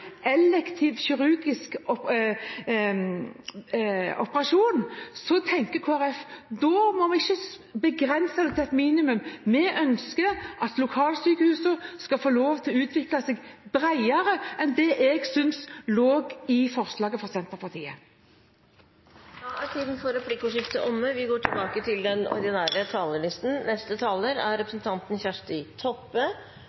tenker Kristelig Folkeparti at da må vi ikke begrense det til et minimum. Vi ønsker at lokalsykehuset skal få lov til å utvikle seg bredere enn det jeg syns lå i forslaget fra Senterpartiet. Replikkordskiftet er